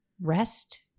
rest